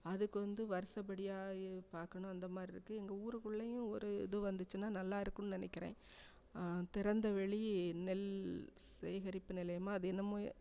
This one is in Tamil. அதுக்கு வந்து வருஷப்படியா பார்க்கணும் அந்தமாரிருக்கு எங்கள் ஊருக்குள்ளேயும் ஒரு இது வந்துச்சுன்னா நல்லாயிருக்குன்னு நினைக்கிறேன் திறந்த வெளியே நெல் சேகரிப்பு நிலையமா அது என்னமோ